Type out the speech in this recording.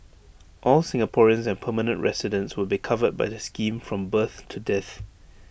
all Singaporeans and permanent residents will be covered by the scheme from birth to death